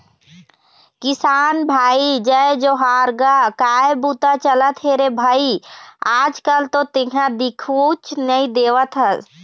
किसान भाई जय जोहार गा काय बूता चलत हे रे भई आज कल तो तेंहा दिखउच नई देवत हस?